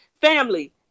Family